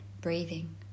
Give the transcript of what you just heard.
breathing